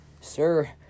sir